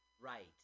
Right